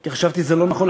כי חשבתי שזה לא נכון,